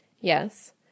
Yes